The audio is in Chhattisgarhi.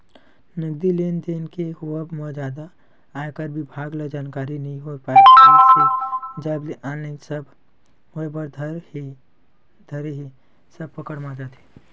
नगदी लेन देन के होवब म जादा आयकर बिभाग ल जानकारी नइ हो पात रिहिस हे जब ले ऑनलाइन सब होय बर धरे हे सब पकड़ म आ जात हे